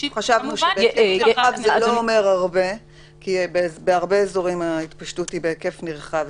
זה לא אומר הרבה כי בהרבה אזורים ההתפשטות היא בהיקף נרחב.